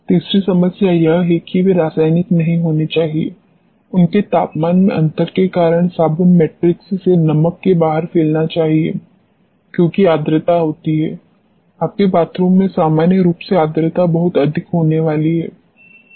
तीसरी समस्या यह है कि वे रासायनिक नहीं होने चाहिए उन्हें तापमान में अंतर के कारण साबुन मैट्रिक्स से नमक से बाहर फैलना चाहिए क्योंकि आर्द्रता होती है आपके बाथरूम में सामान्य रूप से आर्द्रता बहुत अधिक होने वाली है